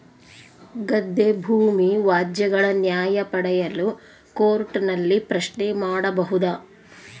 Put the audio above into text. ಗದ್ದೆ ಭೂಮಿ ವ್ಯಾಜ್ಯಗಳ ನ್ಯಾಯ ಪಡೆಯಲು ಕೋರ್ಟ್ ನಲ್ಲಿ ಪ್ರಶ್ನೆ ಮಾಡಬಹುದಾ?